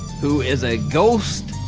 who is a ghost.